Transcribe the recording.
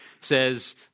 says